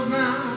now